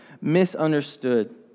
misunderstood